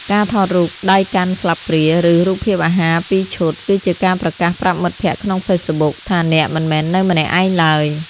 ការថតរូប "ដៃកាន់ស្លាបព្រា" ឬ "រូបភាពអាហារពីរឈុត" គឺជាការប្រកាសប្រាប់មិត្តភក្ដិក្នុង Facebook ថាអ្នកមិនមែននៅម្នាក់ឯងឡើយ។